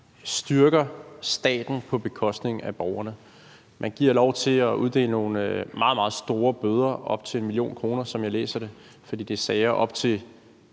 styrker staten på bekostning af borgerne. Man giver lov til at uddele nogle meget, meget store bøder – op til 1 mio. kr., som jeg læser det, fordi det er sager op til